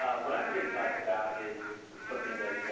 what i'm here to talk about is something that